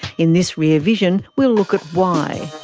in this rear vision we'll look at why.